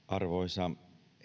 arvoisa